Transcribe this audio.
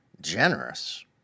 generous